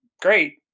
great